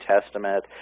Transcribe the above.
Testament